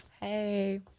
hey